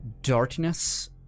darkness